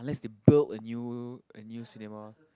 unless they built a new a new cinema